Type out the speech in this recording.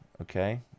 okay